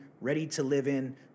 ready-to-live-in